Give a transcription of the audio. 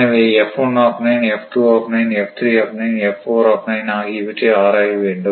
எனவே ஆகியவற்றை ஆராய வேண்டும்